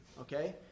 okay